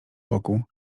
boku